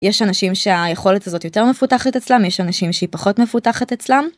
יש אנשים שהיכולת הזאת יותר מפותחת אצלם יש אנשים שהיא פחות מפותחת אצלם.